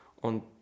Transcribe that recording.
Und